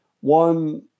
One